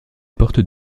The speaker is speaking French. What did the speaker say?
portent